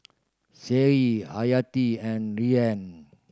Seri Hayati and Rayyan